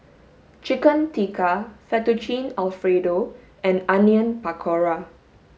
chicken tikka fettuccine alfredo and onion pakora